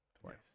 Twice